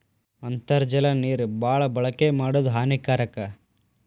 ಅಂತರ್ಜಲ ನೇರ ಬಾಳ ಬಳಕೆ ಮಾಡುದು ಹಾನಿಕಾರಕ